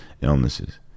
illnesses